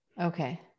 Okay